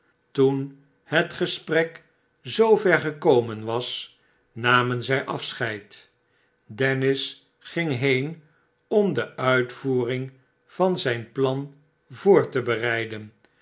toen het gesprek zoover gekomen was namen zij afscheid denriis ging heen om de uitvoering van zijn plan voor te bereiden